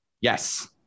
yes